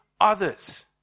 others